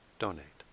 donate